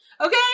okay